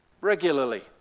regularly